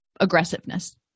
aggressiveness